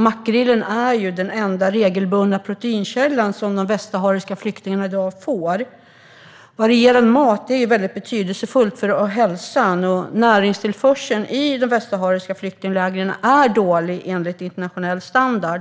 Makrillen är den enda regelbundna proteinkälla som de västsahariska flyktingarna i dag får. Varierad mat är väldigt betydelsefullt för hälsan. Näringstillförseln i de västsahariska flyktinglägren är dålig enligt internationell standard.